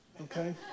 okay